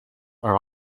are